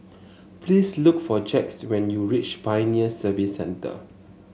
please look for Jax when you reach Pioneer Service Centre